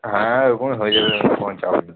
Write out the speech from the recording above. হ্যাঁ ওরকমই হয়ে যাবে তোমার চাপ নিতে